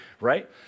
right